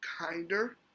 kinder